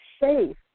safe